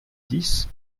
dix